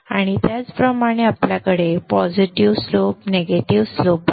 आणि त्याचप्रमाणे आपल्याकडे पॉझिटिव्ह स्लोप निगेटिव्ह स्लोप आहे